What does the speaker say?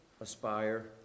aspire